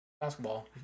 Basketball